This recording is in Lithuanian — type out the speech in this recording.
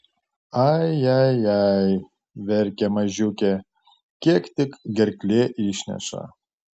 ai ai ai verkia mažiukė kiek tik gerklė išneša